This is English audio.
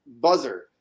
buzzer